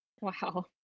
Wow